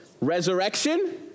resurrection